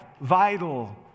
vital